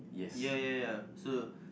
ya ya ya so